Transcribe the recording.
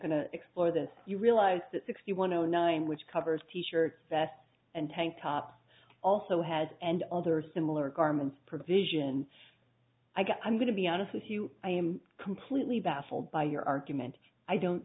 to explore this you realize that sixty one zero nine which covers t shirts vests and tank tops also has and other similar garments provisions i'm going to be honest with you i am completely baffled by your argument i don't